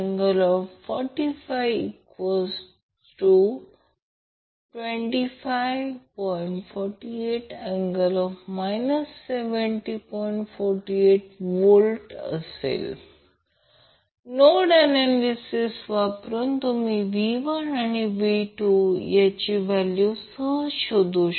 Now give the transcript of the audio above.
48°V node analysis वापरून तुम्ही V1 आणि V2 यांची व्हॅल्यू सहज शोधू शकता